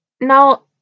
Now